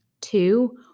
Two